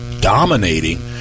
dominating